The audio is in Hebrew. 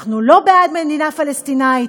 אנחנו לא בעד מדינה פלסטינית.